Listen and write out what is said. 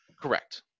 Correct